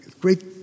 great